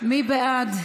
מי בעד?